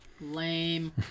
Lame